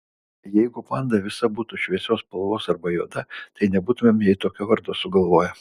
jeigu panda visa būtų šviesios spalvos arba juoda tai nebūtumėm jai tokio vardo sugalvoję